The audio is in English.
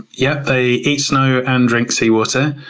yep, they eat snow and drink sea water.